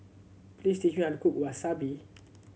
please teach me how to cook Wasabi